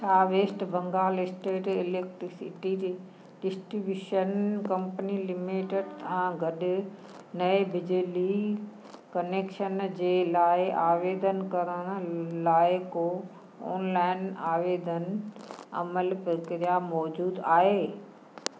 छा West Bengal state electricity distribution company limited सां गॾु नए बिजली कनैक्शन जे लाइ आवेदन करण लाइ को ऑनलाइन आवेदनु अमल प्रक्रिया मौजूदु आहे